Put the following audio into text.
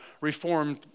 reformed